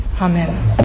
Amen